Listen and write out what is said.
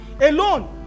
alone